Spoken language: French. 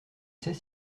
sait